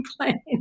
plane